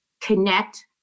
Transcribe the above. connect